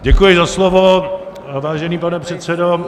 Děkuji za slovo, vážený pane předsedo.